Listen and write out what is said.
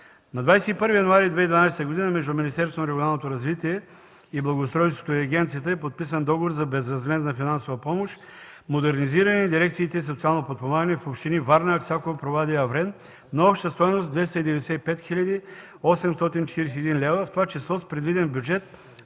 На 21 януари 2012 г. между Министерството на регионалното развитие и благоустройството и агенцията е подписан договор за безвъзмездна финансова помощ, модернизиране на дирекциите „Социално подпомагане” в общини Варна, Аксаково, Провадия, Аврен на обща стойност 295 841 лв., в това число с предвиден бюджет